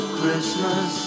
christmas